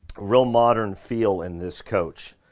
real modern feel in this coach.